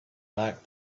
back